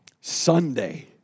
Sunday